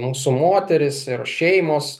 mūsų moterys ir šeimos